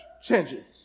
changes